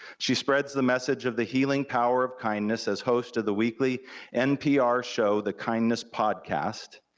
she spreads the message of the healing power of kindness as host of the weekly npr show the kindness podcast,